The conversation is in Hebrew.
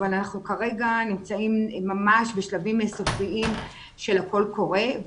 אבל אנחנו כרגע נמצאים ממש בשלבים סופיים של הקול קורא.